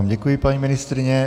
Děkuji vám, paní ministryně.